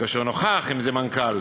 כאשר נוכח, אם זה מנכ"ל,